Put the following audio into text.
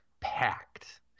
packed